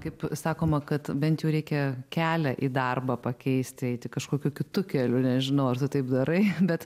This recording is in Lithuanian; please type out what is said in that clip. kaip sakoma kad bent jau reikia kelią į darbą pakeisti eiti kažkokiu kitu keliu nežinau ar tu taip darai bet